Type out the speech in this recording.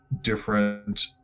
different